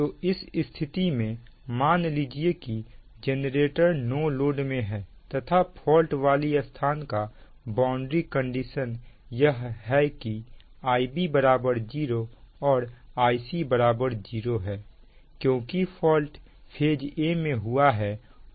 तो इस स्थिति में मान लीजिए कि जनरेटर नो लोड में है तथा फॉल्ट वाली स्थान का बाउंड्री कंडीशन यह है कि Ib 0 और Ic 0 है क्योंकि फॉल्ट फेज a में हुआ है